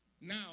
Now